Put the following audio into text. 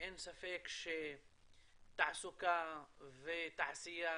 אין ספק שתעסוקה ותעשייה